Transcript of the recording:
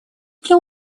для